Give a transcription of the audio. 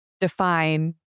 define